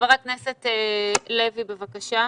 ח"כ לוי, בבקשה.